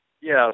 Yes